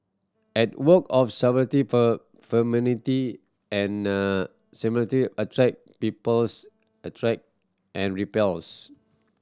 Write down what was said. at work of attract peoples attract and repels